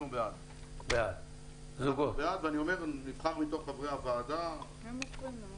אנחנו בעד, נבחר מתוך חברי הוועדה בשמחה.